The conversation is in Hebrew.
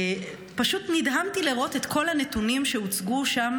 פשוט נדהמתי לראות את כל הנתונים שהוצגו שם